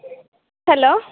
hello